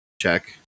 check